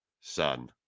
son